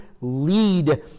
Lead